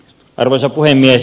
arvoisa puhemies